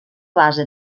base